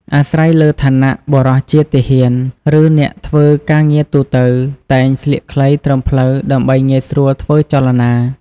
អាស្រ័យលើឋានៈ បុរសជាទាហាន ឬអ្នកធ្វើការងារទូទៅ តែងស្លៀកខ្លីត្រឹមភ្លៅដើម្បីងាយស្រួលធ្វើចលនា។